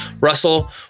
Russell